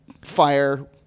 fire